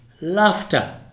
laughter